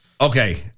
Okay